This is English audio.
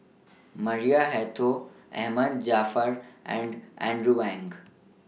Maria Hertogh Ahmad Jaafar and Andrew Ang